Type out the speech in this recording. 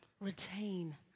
retain